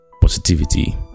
positivity